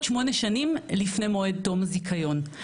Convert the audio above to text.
שמונה שנים לפני מועד תום הזיכיון.